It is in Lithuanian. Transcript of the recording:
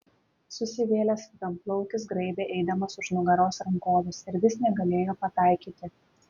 susivėlęs vienplaukis graibė eidamas už nugaros rankoves ir vis negalėjo pataikyti